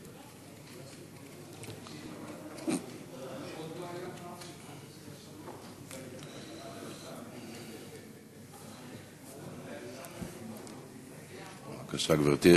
בבקשה, גברתי.